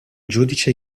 giudice